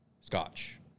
scotch